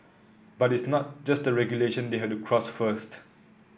but it's not just the regulation they have to cross first